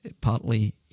Partly